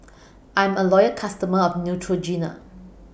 I'm A Loyal customer of Neutrogena